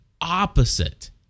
opposite